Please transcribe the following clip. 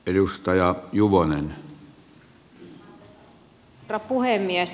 arvoisa herra puhemies